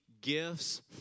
gifts